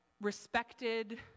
respected